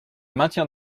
maintiens